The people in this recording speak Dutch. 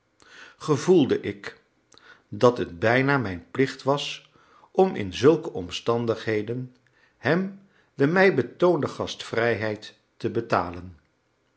gevoelde ik dat het bijna mijn plicht was om in zulke omstandigheden hem de mij betoonde gastvrijheid te betalen